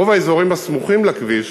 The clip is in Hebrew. רוב האזורים הסמוכים לכביש